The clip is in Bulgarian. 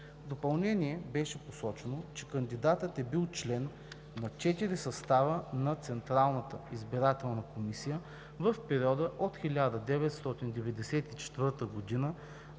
допълнение беше посочено, че кандидатът е бил член на четири състава на Централната избирателна комисия в периода от 1994 г.